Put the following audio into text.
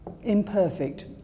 imperfect